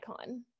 icon